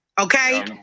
Okay